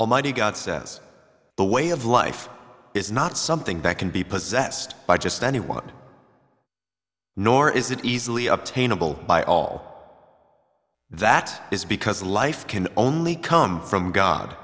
almighty god says the way of life is not something that can be possessed by just anyone nor is it easily obtainable by all that is because life can only come from god